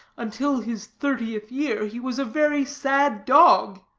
until his thirtieth year, he was a very sad dog?